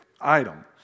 item